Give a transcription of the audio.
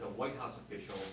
white house official